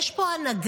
יש פה הנהגה,